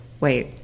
Wait